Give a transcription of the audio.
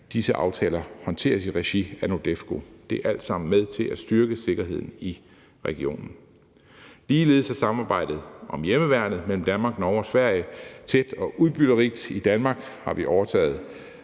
disse aftaler håndteres i regi af NORDEFCO. Det er alt sammen med til at styrke sikkerheden i regionen. Ligeledes er samarbejdet om hjemmeværnet mellem Danmark, Norge og Sverige tæt og udbytterigt. I Danmark har vi overtaget